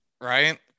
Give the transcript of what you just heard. right